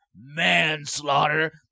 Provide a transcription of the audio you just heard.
Manslaughter